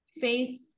faith